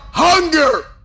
Hunger